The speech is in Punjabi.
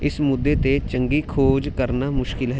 ਇਸ ਮੁੱਦੇ 'ਤੇ ਚੰਗੀ ਖੋਜ ਕਰਨਾ ਮੁਸ਼ਕਿਲ ਹੈ